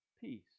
peace